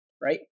right